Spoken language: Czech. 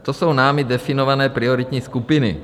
To jsou námi definované prioritní skupiny.